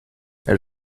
elle